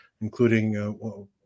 including